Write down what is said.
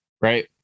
right